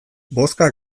bozka